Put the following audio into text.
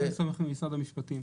אני ממשרד המשפטים.